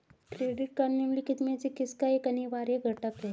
Credit card निम्नलिखित में से किसका एक अनिवार्य घटक है?